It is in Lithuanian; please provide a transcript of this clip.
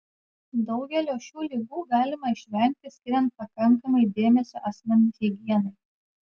daugelio šių ligų galima išvengti skiriant pakankamai dėmesio asmens higienai